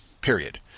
period